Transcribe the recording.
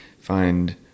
Find